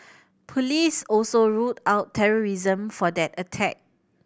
police also ruled out terrorism for that attack